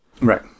Right